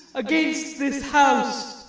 against this house!